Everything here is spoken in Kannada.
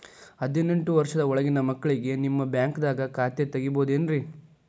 ಹದಿನೆಂಟು ವರ್ಷದ ಒಳಗಿನ ಮಕ್ಳಿಗೆ ನಿಮ್ಮ ಬ್ಯಾಂಕ್ದಾಗ ಖಾತೆ ತೆಗಿಬಹುದೆನ್ರಿ?